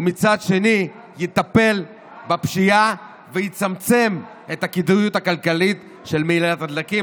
ומצד שני יטפל בפשיעה ויצמצם את הכדאיות הכלכלית של מהילת הדלקים.